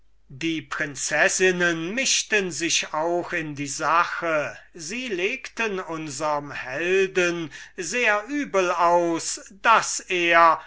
die prinzessinnen mischten sich auch in die sache und legten unserm helden sehr übel aus daß er